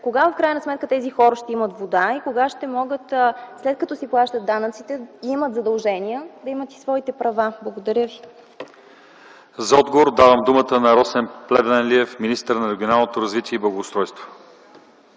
кога в крайна сметка тези хора ще имат вода и кога ще могат, след като си плащат данъците и имат задължения, да имат своите права? Благодаря ви. ПРЕДСЕДАТЕЛ ЛЪЧЕЗАР ИВАНОВ: За отговор давам думата на Росен Плевнелиев – министър на регионалното развитие и благоустройството.